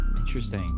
Interesting